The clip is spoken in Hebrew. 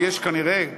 ויש כנראה,